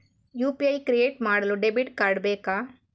UPI create ಮಾಡಲು debit card ಬೇಕಾ?